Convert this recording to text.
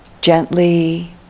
Gently